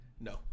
No